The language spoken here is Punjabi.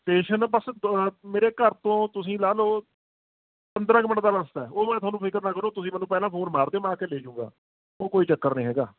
ਸਟੇਸ਼ਨ ਬਸ ਦ ਮੇਰੇ ਘਰ ਤੋਂ ਤੁਸੀਂ ਲਾ ਲਉ ਪੰਦਰਾਂ ਕੁ ਮਿੰਟ ਦਾ ਰਸਤਾ ਉਹ ਮੈਂ ਤੁਹਾਨੂੰ ਫਿਕਰ ਨਾ ਕਰੋ ਤੁਸੀਂ ਮੈਨੂੰ ਪਹਿਲਾਂ ਫ਼ੋਨ ਮਾਰ ਦਿਓ ਮੈਂ ਆ ਕੇ ਲੈਜੂੰਗਾ ਉਹ ਕੋਈ ਚੱਕਰ ਨਹੀਂ ਹੈਗਾ